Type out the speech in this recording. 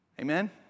Amen